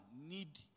need